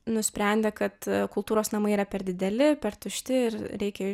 nusprendė kad kultūros namai yra per dideli per tušti ir reikia